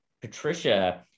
Patricia